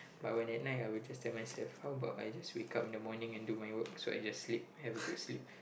but when at night I will just tell myself how about I just wake up in the morning and do my work so I just sleep have a good sleep